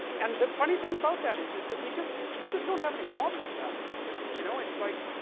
and the funny thing about that is is that we just we just don't have any problem with that you know, it's like,